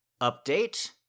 update